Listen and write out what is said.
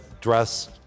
Dress